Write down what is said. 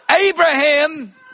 Abraham